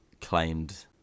claimed